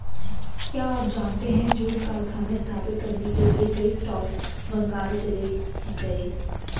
क्या आप जानते है जूट कारखाने स्थापित करने के लिए कई स्कॉट्स बंगाल चले गए?